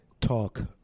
Talk